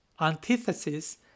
antithesis